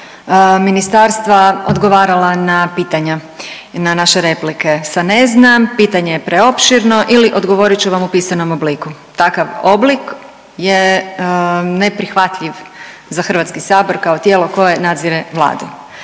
ministarstva odgovarala na pitanja i na naše replike, sa „ne znam“, „pitanje je preopširno“ ili „odgovorit ću vam u pisanom obliku“, takav oblik je neprihvatljiv za HS kao tijelo koje nadzire Vladu.